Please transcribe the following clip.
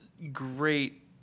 Great